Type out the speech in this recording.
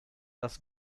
das